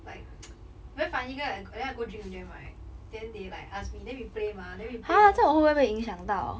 like very funny girl then I go drink with them right then they like ask me then we play mah then we play those